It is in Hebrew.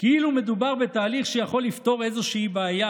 כאילו מדובר בתהליך שיכול לפתור איזושהי בעיה